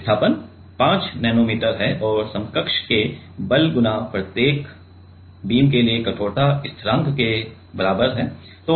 विस्थापन 5 नैनोमीटर है और समकक्ष K बल गुणा प्रत्येक बीम के लिए कठोरता स्थिरांक के बराबर है